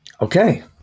Okay